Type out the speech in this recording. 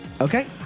Okay